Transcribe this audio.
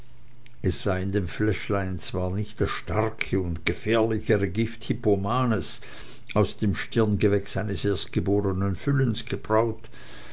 es sei in dem fläschlein zwar nicht das starke und gefährlichere gift hippomanes aus dem stirngewächs eines erstgebornen füllens gebraut